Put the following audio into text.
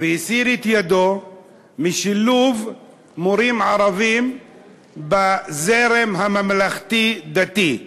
והסיר את ידו משילוב מורים ערבים בזרם הממלכתי-דתי.